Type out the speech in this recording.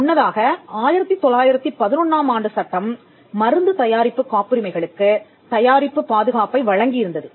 முன்னதாக 1911 ஆம் ஆண்டு சட்டம் மருந்து தயாரிப்பு காப்புரிமை களுக்கு தயாரிப்பு பாதுகாப்பை வழங்கியிருந்தது